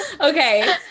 Okay